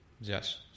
Yes